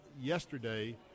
yesterday